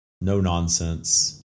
no-nonsense